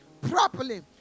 properly